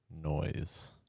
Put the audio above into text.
noise